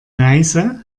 neiße